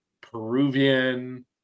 Peruvian